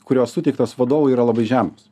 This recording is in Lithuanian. kurios suteiktos vadovui yra labai žemos